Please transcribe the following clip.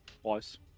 Twice